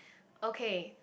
okay